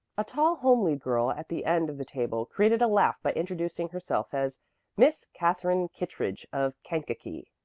a tall, homely girl at the end of the table created a laugh by introducing herself as miss katherine kittredge of kankakee.